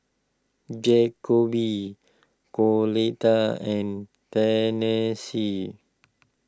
Jakobe Coletta and Tennessee